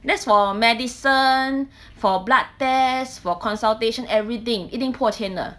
that's medicine for blood test for consultation everything 一定迫千的